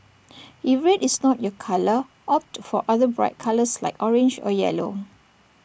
if red is not your colour opt for other bright colours like orange or yellow